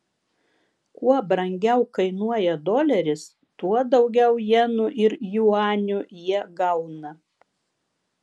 kuo brangiau kainuoja doleris tuo daugiau jenų ir juanių jie gauna